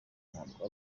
ntabwo